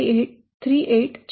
38 છે